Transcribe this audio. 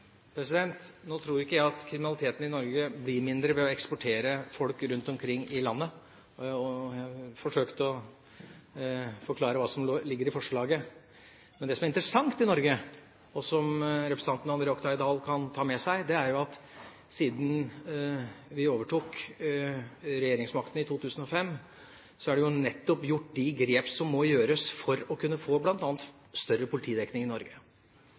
Nå tror ikke jeg at kriminaliteten i Norge blir mindre ved å eksportere folk rundt omkring i landet. Jeg forsøkte å forklare hva som ligger i forslaget. Men det som er interessant i Norge, og som representanten André Oktay Dahl kan ta med seg, er jo at siden vi overtok regjeringsmakten i 2005, er det jo nettopp gjort de grep som må gjøres for å kunne få bl.a. større politidekning i Norge.